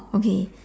okay